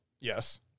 Yes